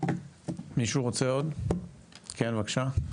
כן בבקשה.